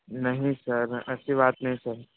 नहीं सर ऐसी बात नहीं सर